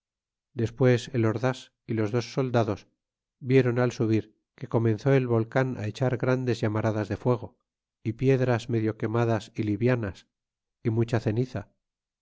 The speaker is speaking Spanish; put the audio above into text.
despues el ordás y los dos soldados vieran al subir que comenzó el volean echar grandes llamaradas de fuego y piedras medio quemadas y livianas y mucha ceniza